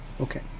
Okay